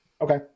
okay